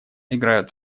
играют